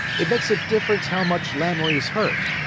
it makes a difference how much lamoury's hurt.